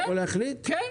כן.